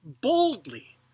boldly